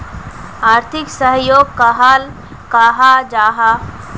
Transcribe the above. आर्थिक सहयोग कहाक कहाल जाहा जाहा?